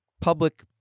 public